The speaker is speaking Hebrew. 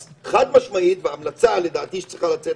אז חד-משמעית, וההמלצה לדעתי שצריכה לצאת